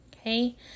Okay